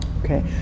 Okay